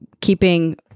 keeping